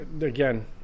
Again